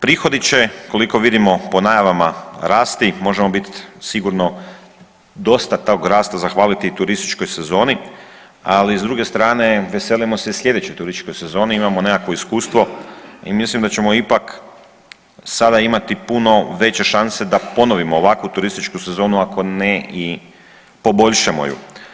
Prihodi će koliko vidimo po najavama, rasti, možemo biti sigurno dosta tog rasta zahvaliti turističkoj sezoni, ali s druge strane veselimo se i sljedećoj turističkoj sezoni, imamo nekakvo iskustvo i mislim da ćemo ipak sada imati puno veće šanse da ponovimo ovakvu turističku sezonu, ako ne i poboljšamo ju.